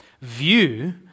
View